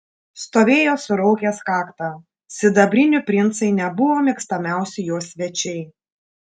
stovėjo suraukęs kaktą sidabrinių princai nebuvo mėgstamiausi jo svečiai